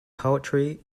poetry